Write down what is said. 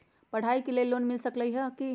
पढाई के लेल लोन मिल सकलई ह की?